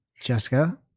jessica